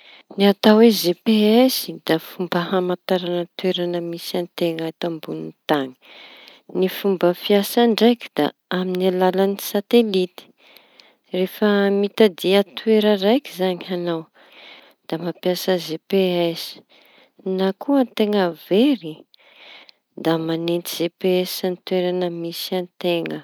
Ny atao hoe GPS da fomba hamantaraña ny toeraña misy anteña eto amboñy tañy. Ny fomba fiasañy ndraiky da aminy alalañy satelity. Rehefa mitadia toera raiky zañy añao da mampiasa GPS na koa an-teña very da manenty GPS ny toeraña misy an-teña.